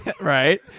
Right